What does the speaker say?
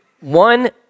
one